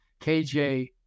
KJ